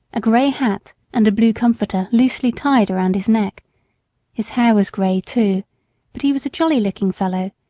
a gray hat, and a blue comforter loosely tied round his neck his hair was gray, too but he was a jolly-looking fellow,